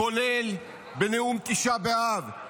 כולל בנאום תשעה באב,